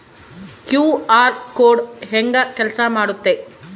QR code ಹೆಂಗ ಕೆಲಸ ಮಾಡುತ್ತೆ?